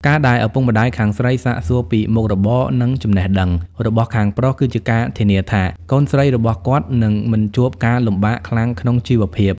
ការដែលឪពុកម្ដាយខាងស្រីសាកសួរពី "មុខរបរ និងចំណេះដឹង" របស់ខាងប្រុស គឺជាការធានាថា កូនស្រីរបស់ពួកគាត់នឹងមិនជួបការលំបាកខ្លាំងក្នុងជីវភាព។